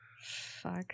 Fuck